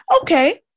okay